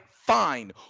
fine